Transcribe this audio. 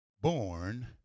born